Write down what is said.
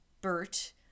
Bert